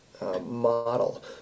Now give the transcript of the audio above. model